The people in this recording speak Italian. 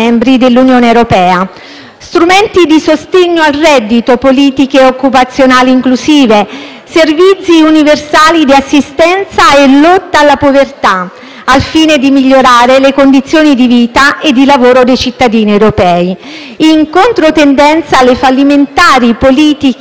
servizi universali di assistenza e lotta alla povertà, al fine di migliorare le condizioni di vita e di lavoro dei cittadini europei, in controtendenza rispetto alle fallimentari politiche neoliberiste e di austerità, che difficilmente potranno rilanciare l'economia nazionale.